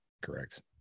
Correct